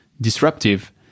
disruptive